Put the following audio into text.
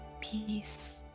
peace